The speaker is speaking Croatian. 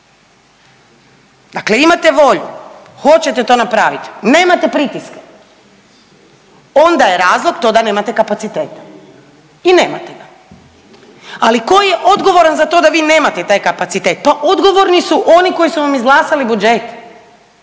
dakle imate volju, hoćete to napraviti, nemate pritiske onda je razlog to da nemate kapaciteta i nemate ga. Ali tko je odgovoran za to vi nemate taj kapacitet, pa odgovorni su oni koji su vam izglasali budžet.